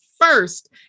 first